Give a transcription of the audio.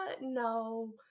no